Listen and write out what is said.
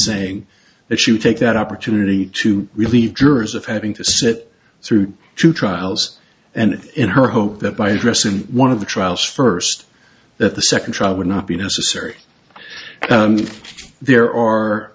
saying that she would take that opportunity to really duras of having to sit through two trials and in her hope that by addressing one of the trials first that the second trial would not be necessary there are